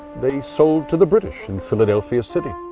they sold to the british in philadelphia city.